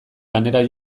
lanera